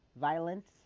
violence